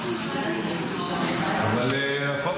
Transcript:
משהו שקשור למכבים.